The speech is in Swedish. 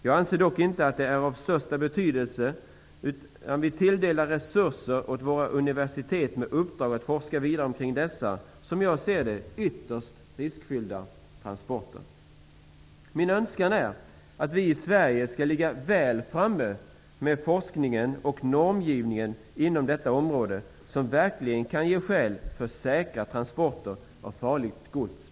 Jag anser dock att det är av största betydelse att vi tilldelar resurser åt våra universitet med uppdrag att forska vidare omkring dessa, som jag ser det, ytterst riskfyllda transporter. Min önskan är att vi i Sverige skall ligga väl framme med en forskning och normgivning inom detta område som verkligen kan ge skäl för säkra transporter av farligt gods.